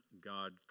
God